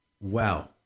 wow